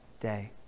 day